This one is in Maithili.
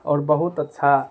आओर बहुत अच्छा